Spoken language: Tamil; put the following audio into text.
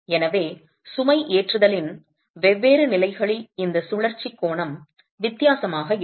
எனவே சுமைஏற்றுதலின் வெவ்வேறு நிலைகளில் இந்த சுழற்சி கோணம் வித்தியாசமாக இருக்கும்